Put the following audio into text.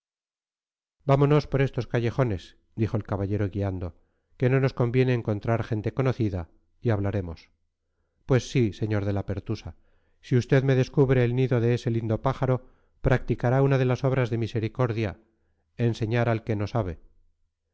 vámonos por estos callejones dijo el caballero guiando que no nos conviene encontrar gente conocida y hablaremos pues sí sr de la pertusa si usted me descubre el nido de ese lindo pájaro practicará una de las obras de misericordia enseñar al que no sabe